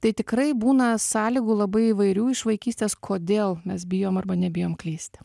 tai tikrai būna sąlygų labai įvairių iš vaikystės kodėl mes bijom arba nebijom klysti